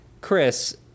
Chris